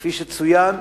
כפי שצוין,